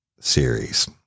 series